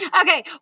Okay